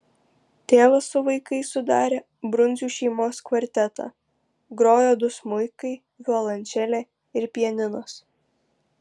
tėvas su vaikais sudarė brundzų šeimos kvartetą grojo du smuikai violončelė ir pianinas